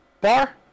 bar